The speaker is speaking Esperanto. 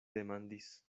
demandis